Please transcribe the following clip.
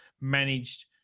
managed